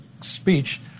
speech